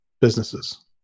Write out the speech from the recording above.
businesses